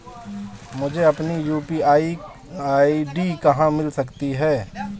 मुझे अपनी UPI ID कहां मिल सकती है?